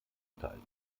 teilt